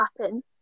happen